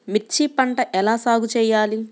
మిర్చి పంట ఎలా సాగు చేయాలి?